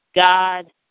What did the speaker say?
God